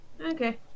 Okay